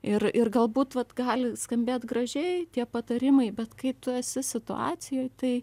ir ir galbūt vat gali skambėt gražiai tie patarimai bet kai tu esi situacijoj tai